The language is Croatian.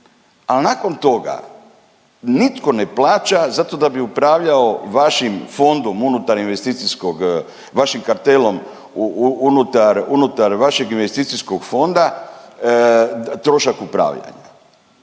al nakon toga nitko ne plaća zato da bi upravljao vašim fondom unutar investicijskog vašim kartelom unutar, unutar vašeg investicijskog fonda trošak upravljanja.